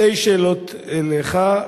שתי שאלות אליך.